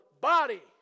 body